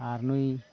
ᱟᱨ ᱱᱩᱭ